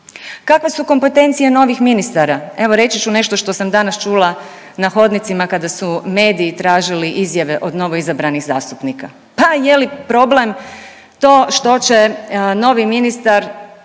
Kakve su kompetencije novih ministara? Evo reći ću nešto što sam danas čula na hodnicima kada su mediji tražili izjave od novoizabranih zastupnika, pa je li problem to što će novi ministar